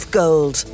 gold